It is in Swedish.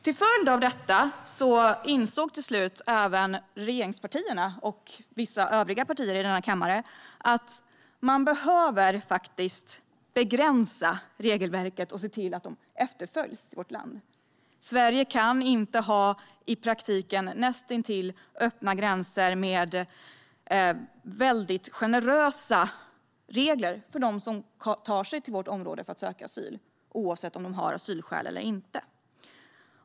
Till följd av detta insåg till slut även regeringspartierna och vissa övriga partier i denna kammare att man faktiskt behöver begränsa regelverket och se till att det efterföljs i vårt land. Sverige kan inte ha i praktiken näst intill öppna gränser med väldigt generösa regler för dem som tar sig till vårt område för att söka asyl, oavsett om de har asylskäl eller inte.